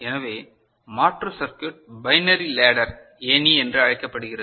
எனவே மாற்று circuit binary ladder ஏணி என்று அழைக்கப்படுகிறது